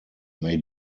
may